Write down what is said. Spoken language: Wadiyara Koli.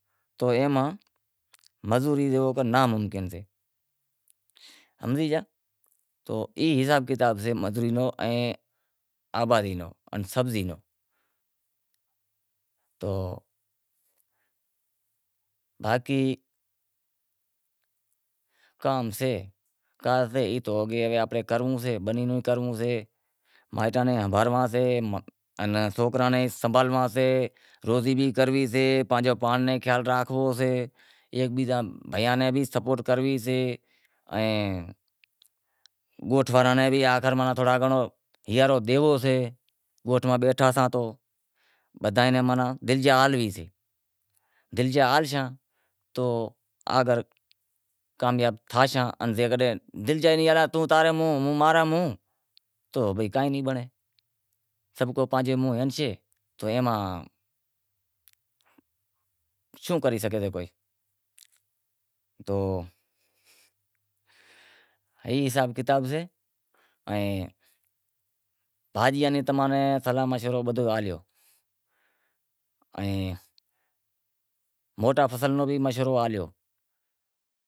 تو اے ماں مزوری جیوو کر ناممکن سے، ہمزی گیا تو ایوو حساب کتاب سے، مزوری رو ان آبادی رو ان سبزی رو تو باقی کام سے اگے ہی آپاں ناں کرنڑو سے بنی رو کرنڑو سے مائیٹاں ناں ہنبھالنڑا سے ان سوکراں ناں بھی سنبھالنڑا سے روزی بھی کرنووی سے پانجے پانڑ رو بھی خیال رانکھنوو سے بیزاں بھایئاں ری بھی سپورٹ کرنوی سے ان گوٹھ واڑاں نیں بھی تھوڑو گھنڑو آخر سہارو ڈیونڑو سے گوٹھ ماں بیٹھا ساں تو بدہا ناں ماناں دلجا ہالوی سے۔ دلجا آلشاں تو آگر کامیاب تھاشاں ان جیکڈنہں دلجا ئی ناں آلاں کہ توں تاں رے مونہہ ہوں ماں رے مونہہ تو بھئی کائیں نیں بنڑے۔ سبھ کو پانجے مونہہ ہلشے تو اینا شوں کری شگے پوئے، تو ای حساب کتاب سے بھاجیاں ری تماں نیں صلاح مشورو بدہو ہالیو ائیں موٹا فصل رو بھی مشورو ہالیو۔